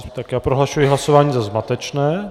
Tak prohlašuji hlasování za zmatečné.